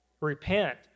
Repent